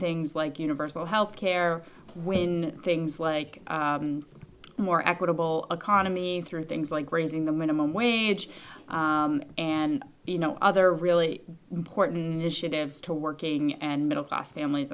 things like universal health care when things like more equitable economy through things like raising the minimum wage and you know other really important initiatives to working and middle class families